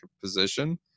position